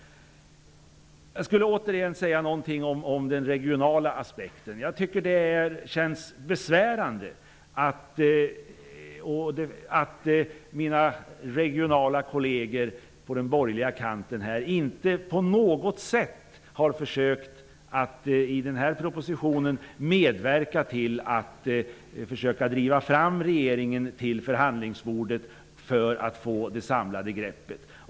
Jag skulle vilja återgå till den regionala aspekten. Det känns besvärande att mina regionala kolleger på den borgerliga kanten inte på något sätt har försökt att medverka till att få regeringen till förhandlingsbordet för att få ett samlat grepp.